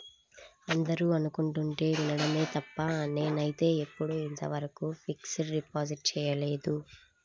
అందరూ అనుకుంటుంటే వినడమే తప్ప నేనైతే ఎప్పుడూ ఇంతవరకు ఫిక్స్డ్ డిపాజిట్ చేయలేదు